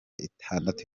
itandatu